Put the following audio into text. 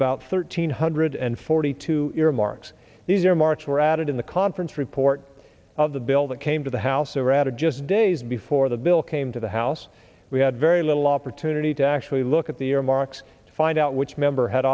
about thirteen hundred and forty two earmarks these earmarks were added in the conference report of the bill that came to the house or rather just days before the bill came to the house we had very little opportunity to actually look at the earmarks to find out which member had